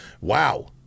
wow